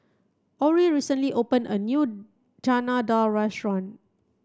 Orie recently opened a new Chana Dal restaurant